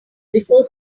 before